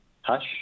hush